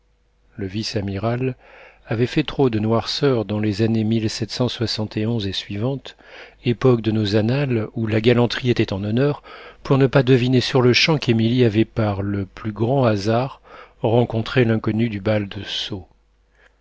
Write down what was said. le vice-amiral avait fait trop de noirceurs dans les années et suivantes époques de nos annales où la galanterie était en honneur pour ne pas deviner sur-le-champ qu'émilie avait par le plus grand hasard rencontré l'inconnu du bal de